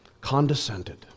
condescended